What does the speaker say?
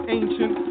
ancient